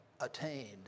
attained